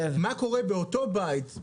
מה קורה באותו בית,